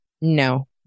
no